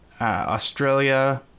Australia